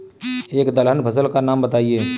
एक दलहन फसल का नाम बताइये